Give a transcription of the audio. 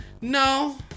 no